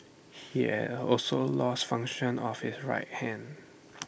he had also lost function of his right hand